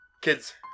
kids